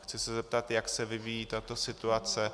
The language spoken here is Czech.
Chci se zeptat, jak se vyvíjí tato situace.